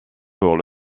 pour